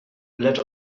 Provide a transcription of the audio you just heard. lecz